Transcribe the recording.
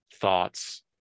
thoughts